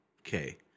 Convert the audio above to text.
Okay